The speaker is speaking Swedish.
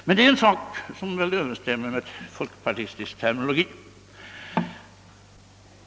Men det är en sak som väl överensstämmer med folkpartistisk terminologi!